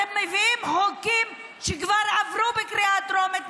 אתם מביאים חוקים שכבר עברו בקריאה טרומית,